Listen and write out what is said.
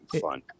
fun